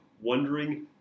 wondering